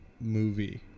movie